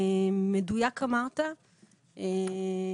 אמרת במדויק,